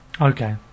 Okay